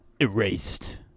erased